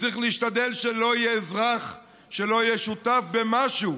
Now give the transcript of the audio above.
וצריך להשתדל שלא יהיה אזרח שלא יהיה שותף במשהו.